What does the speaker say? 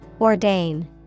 Ordain